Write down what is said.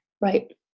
Right